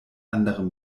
andere